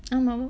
ஆமா:aamaa